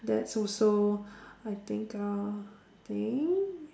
that's also I think uh think